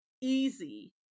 easy